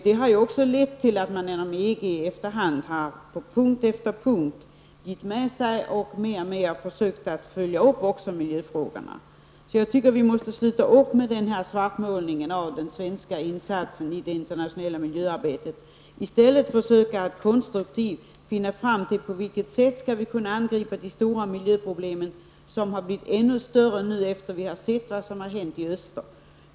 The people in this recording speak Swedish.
Det har också lett till att man inom EG på punkt efter punkt har gett med sig och mer och mer försökt följa upp även miljöfrågorna. Jag tycker att vi måste sluta upp med svartmålningen av den svenska insatsen i det internationella miljöarbetet och i stället försöka att konstruktivt komma fram till på vilket sätt vi skall kunna angripa de stora miljöproblemen. Dessa problem syns nu ännu större efter att vi har sett vad som har hänt i öster.